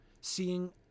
seeing